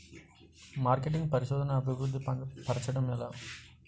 marketing పరిశోధనదా అభివృద్ధి పరచడం ఎలా